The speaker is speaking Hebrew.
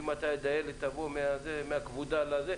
בו מתי הדיילת תגיע מהכבודה לשער.